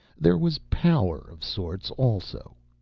there was power, of sorts, also.